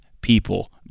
people